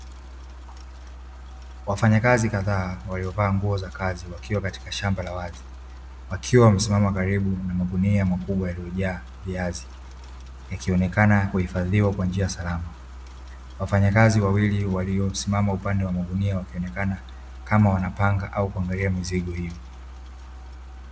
Wafanyakazi kadhaa waliovaa nguo za kazi wakiwa katika shamba la wazi, wakiwa wamesimama karibu na magunia makubwa yaliyojaa viazi; yakionekana kuhifadhiwa kwa njia salama. Wafanyakazi wawili waliosimama upande wa magunia, wakionekana kama wanapanga au kuangalia mizigo hiyo.